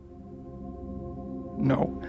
No